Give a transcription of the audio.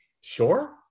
Sure